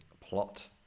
plot